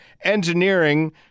Engineering